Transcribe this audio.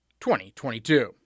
2022